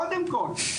קודם כול.